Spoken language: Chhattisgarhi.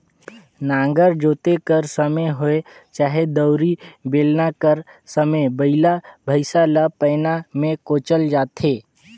नांगर जोते कर समे होए चहे दउंरी, बेलना कर समे बइला भइसा ल पैना मे कोचल जाथे